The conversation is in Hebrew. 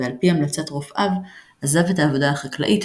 ועל פי המלצת רופאיו עזב את העבודה החקלאית,